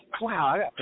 Wow